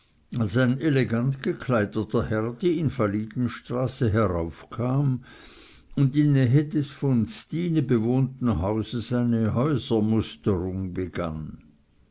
elegant gekleideter herr die invalidenstraße heraufkam und in nähe des von stine bewohnten hauses eine häusermusterung begann